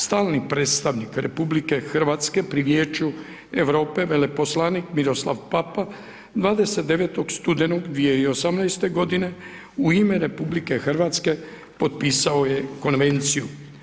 Stalni predstavnik RH pri Vijeću Europe, veleposlanik Miroslav Papa 29. studenog 2018.g. u ime RH potpisao je Konvenciju.